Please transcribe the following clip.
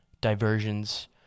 diversions